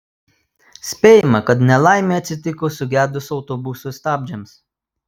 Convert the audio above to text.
spėjama kad nelaimė atsitiko sugedus autobuso stabdžiams